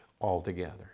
altogether